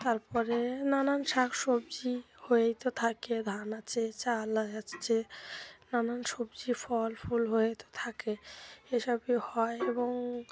তারপরে নানান শাক সবজি হয়েই তো থাকে ধান আছে চাল আছে নানান সবজি ফল ফুল হয়েই তো থাকে এসবই হয় এবং